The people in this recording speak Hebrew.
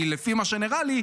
כי לפי מה שנראה לי,